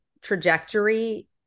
trajectory